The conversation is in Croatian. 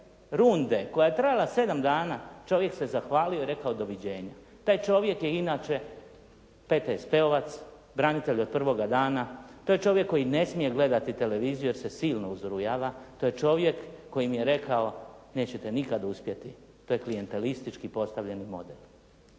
runde koja je trajala 7 dana čovjek se zahvalio i rekao doviđenja. Taj čovjek je inače, PTSP-ovac, branitelj od prvoga dana. To je čovjek koji ne smije gledati televiziju jer se silno uzrujava. To je čovjek koji mi je rekao nećete nikad uspjeti. To je klijentistički …/Govornik se